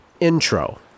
Intro